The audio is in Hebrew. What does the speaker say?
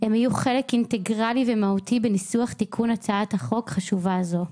הם יהיו חלק אינטגרלי ומהותי בניסוח תיקון הצעת החוק החשובה הזו.